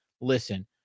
listen